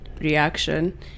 reaction